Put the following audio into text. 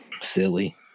silly